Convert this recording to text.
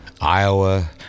iowa